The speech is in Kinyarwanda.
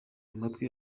amatwi